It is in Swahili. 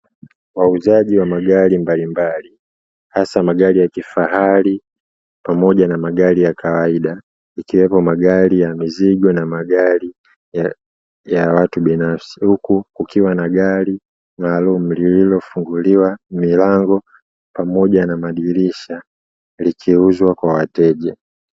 Wauzaji wa magari mbalimbali, hasa magari ya kifahari pamoja na magari ya kawaida ikiwepo magari ya mizigo na magari ya watu binafsi, huku kukiwa na gari maalumu lililofunguliwa milango pamoja na madirisha likiuzwa kwa wateja.